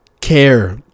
care